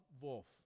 Wolf